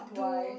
do